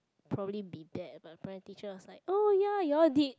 probably be bad but apparently the teacher was like oh ya you'll did